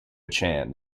chan